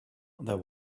there